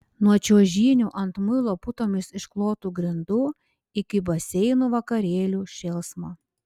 nuo čiuožynių ant muilo putomis išklotų grindų iki baseinų vakarėlių šėlsmo